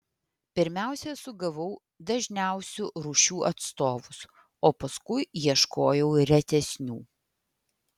pirmiausia sugavau dažniausių rūšių atstovus o paskui ieškojau retesnių